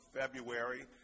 february